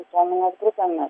visuomenės grupėmis